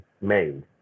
made